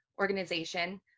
organization